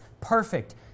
perfect